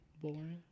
Boring